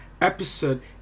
episode